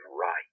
right